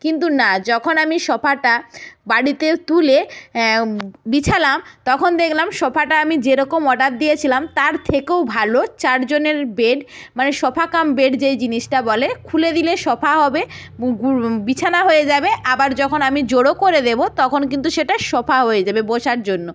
কিন্তু না যখন আমি সোফাটা বাড়িতে তুলে বিছালাম তখন দেখলাম সোফাটা আমি যেরকম অর্ডার দিয়েছিলাম তার থেকেও ভালো চারজনের বেড মানে সোফা কাম বেড যেই জিনিসটা বলে খুলে দিলে সোফা হবে বিছানা হয়ে যাবে আবার যখন আমি জড়ো করে দেবো তখন কিন্তু সেটা সোফা হয়ে যাবে বসার জন্য